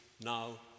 now